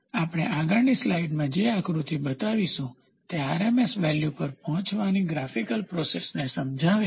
અમે આગળની સ્લાઈડમાં જે આકૃતિ બતાવીશું તે RMS વેલ્યુ પર પહોંચવાની ગ્રાફિકલ પ્રોસેસને સમજાવે છે